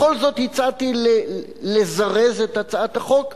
בכל זאת הצעתי לזרז את הצעת החוק,